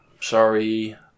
sorry